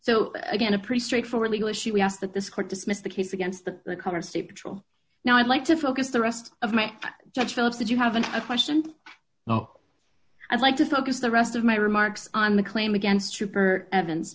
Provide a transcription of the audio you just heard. so again a pretty straightforward legal issue we ask that this court dismissed the case against the current state patrol now i'd like to focus the rest of my judge phillips that you haven't a question i'd like to focus the rest of my remarks on the claim against trooper evans